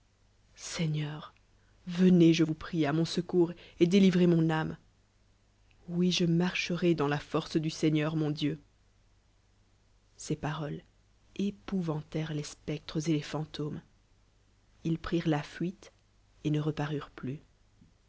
eur venez je vous prie on secours et délivrez mon âme oui if marcherai dans la force du seigneur mon dieu ces paroles épouvan tèrcdt les spectres et les fantômes ils prirent la fuite et ne reparurent plus